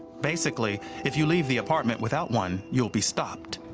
basically if you leave the apartment without one, you'll be stopped.